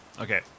Okay